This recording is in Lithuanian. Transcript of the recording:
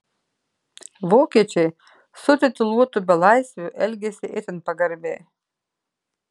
vokiečiai su tituluotu belaisviu elgėsi itin pagarbiai